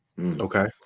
Okay